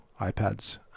iPads